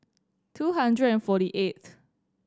two hundred and forty eighth